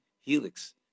helix